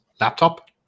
laptop